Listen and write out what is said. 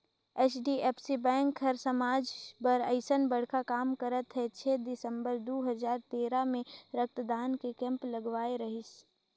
HDFC bank हर समाज बर अइसन बड़खा काम करत हे छै दिसंबर दू हजार तेरा मे रक्तदान के केम्प लगवाए रहीस